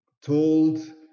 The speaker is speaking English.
told